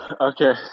Okay